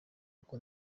kuko